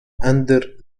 under